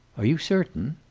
are you certain?